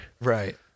right